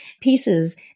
pieces